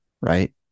right